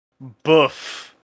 boof